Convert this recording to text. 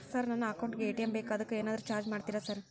Sir ನನ್ನ account ಗೇ ATM ಬೇಕು ಅದಕ್ಕ ಏನಾದ್ರು ಚಾರ್ಜ್ ಮಾಡ್ತೇರಾ ಸರ್?